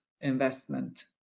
investment